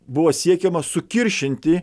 buvo siekiama sukiršinti